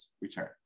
return